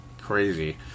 crazy